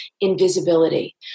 invisibility